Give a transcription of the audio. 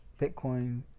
Bitcoin